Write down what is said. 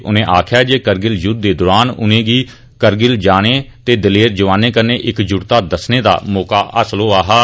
उनें आखेआ जे करगिल युद्ध दे दौरान उनें'गी करगिल जाने ते दलेर जवानें कन्नै इकजुटता दस्सने दा मौका हासल होआ हा